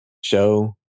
show